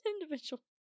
individual